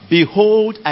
Behold